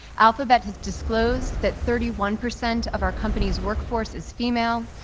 alphabet has disclosed that thirty one percent of our company's workforce is female.